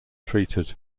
treated